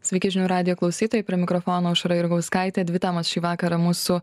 sveiki žinių radijo klausytojai prie mikrofono aušra jurgauskaitė dvi temos šį vakarą mūsų